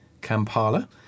Kampala